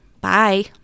Bye